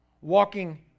Walking